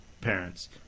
parents